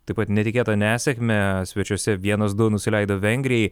taip pat netikėtą nesėkmę svečiuose vienas du nusileido vengrijai